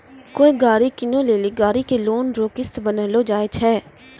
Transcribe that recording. कोय गाड़ी कीनै लेली गाड़ी के लोन रो किस्त बान्हलो जाय छै